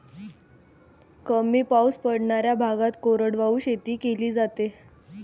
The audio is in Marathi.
कमी पाऊस पडणाऱ्या भागात कोरडवाहू शेती केली जाते